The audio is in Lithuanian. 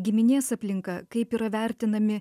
giminės aplinka kaip yra vertinami